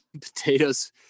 potatoes